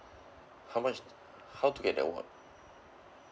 how much how to get the award